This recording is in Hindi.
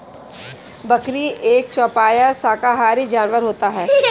बकरी एक चौपाया शाकाहारी जानवर होता है